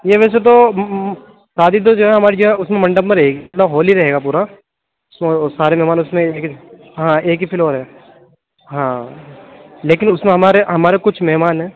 نہیں نہیں پھر تو شادی تو جو ہے ہماری جو ہے اُس میں منڈپ میں رہے گی پورا ہال ہی رہے گا پورا تو سارے مہمان اُس میں ہاں ایک ہی فلور ہے ہاں لیکن اُس میں ہمارے ہمارے کچھ مہمان ہیں